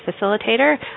facilitator